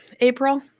april